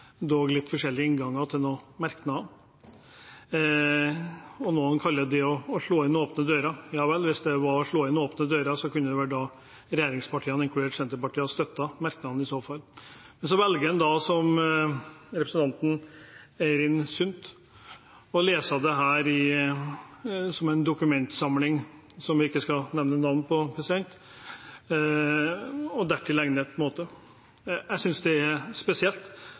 litt forskjellige innganger til noen merknader, og noen kaller det å slå inn åpne dører – ja vel, hvis det var å slå inn åpne dører, så kunne vel regjeringspartiene, inkludert Senterpartiet, i så fall ha støttet merknaden. Så velger en da, som representanten Eirin Sund, å lese dette som en dokumentsamling vi ikke skal nevne navnet på – og på dertil egnet måte. Jeg synes det er spesielt.